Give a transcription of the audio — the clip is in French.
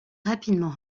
rapidement